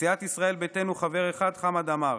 סיעת ישראל ביתנו, חבר אחד: חמד עמאר,